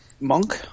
Monk